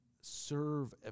serve